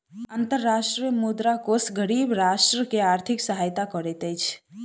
अंतर्राष्ट्रीय मुद्रा कोष गरीब राष्ट्र के आर्थिक सहायता करैत अछि